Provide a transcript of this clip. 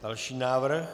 Další návrh?